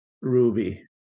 Ruby